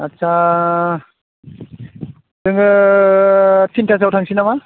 आस्सा जोङो तिनथा सोआव थांसै नामा